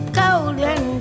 golden